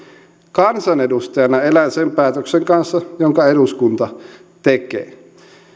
kansanedustajana elän sen päätöksen kanssa jonka eduskunta tekee